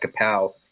kapow